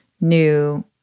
new